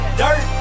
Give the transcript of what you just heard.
dirt